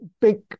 big